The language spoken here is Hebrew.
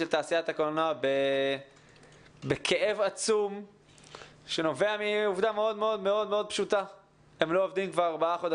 בראש ובראשונה להוציא עובדים לחופשה ללא